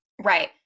Right